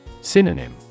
Synonym